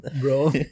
bro